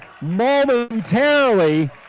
momentarily